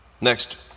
Next